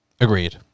Agreed